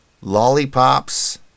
Lollipops